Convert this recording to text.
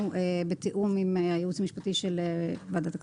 בתיאום עם הייעוץ המשפטי של ועדת הכלכלה.